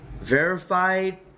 Verified